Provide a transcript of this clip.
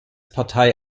partei